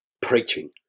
preaching